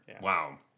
Wow